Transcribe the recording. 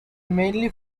mainly